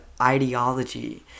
ideology